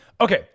Okay